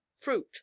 fruit